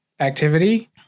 activity